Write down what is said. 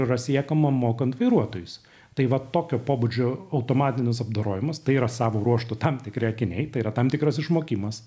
yra siekiama mokant vairuotojus tai vat tokio pobūdžio automatinis apdorojimas tai yra savo ruožtu tam tikri akiniai tai yra tam tikras išmokimas